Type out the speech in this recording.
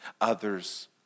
others